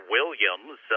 Williams